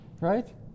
right